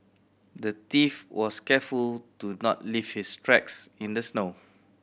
the thief was careful to not leave his tracks in the snow